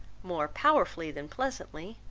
more powerfully than pleasantly,